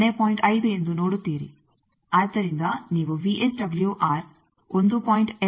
ಆದ್ದರಿಂದ ನೀವು ವಿಎಸ್ಡಬ್ಲ್ಯೂಆರ್ 1